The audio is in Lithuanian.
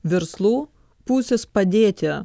verslų pusės padėti